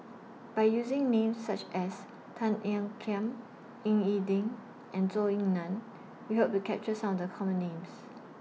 By using Names such as Tan Ean Kiam Ying E Ding and Zhou Ying NAN We Hope to capture Some of The Common Names